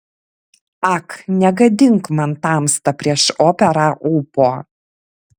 ak negadink man tamsta prieš operą ūpo